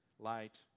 Light